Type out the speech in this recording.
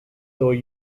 though